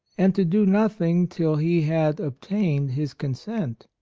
and to do nothing till he had obtained his consent.